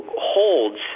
holds